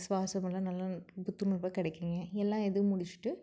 சுவாசமெல்லாம் நல்லா புத்துணர்வாக கிடைக்குங்க எல்லாம் இதுவும் முடித்திட்டு